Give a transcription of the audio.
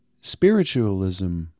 spiritualism